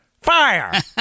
fire